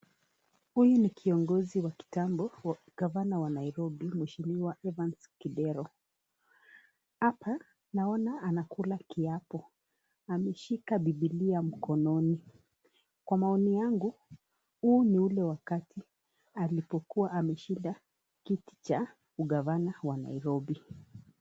Huyu ni kiongozi wa kitambo wa gavana wa Nairobi mheshimiwa Evans Kidero ,hapa naona anakula kiapo ameshika bibilia mkononi ,kwa maoni yangu huu ni ule wakati alipokuwa ameshinda kiti cha ugavana wa Nairobi.